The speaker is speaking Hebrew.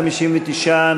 59,